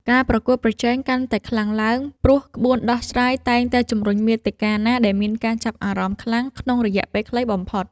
ការប្រកួតប្រជែងកាន់តែខ្លាំងឡើង ព្រោះក្បួនដោះស្រាយតែងតែជំរុញមាតិកាណាដែលមានការចាប់អារម្មណ៍ខ្លាំងក្នុងរយៈពេលខ្លីបំផុត។